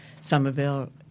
Somerville